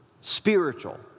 spiritual